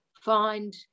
find